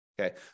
Okay